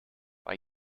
bei